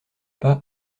pas